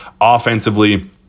offensively